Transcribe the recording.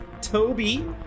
Toby